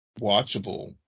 watchable